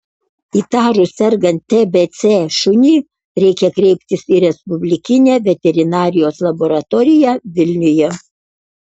įtarus sergant tbc šunį reikia kreiptis į respublikinę veterinarijos laboratoriją vilniuje